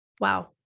Wow